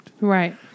Right